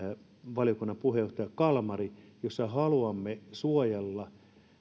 valiokunnan puheenjohtaja kalmari haluamme suojella